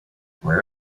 where